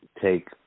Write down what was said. take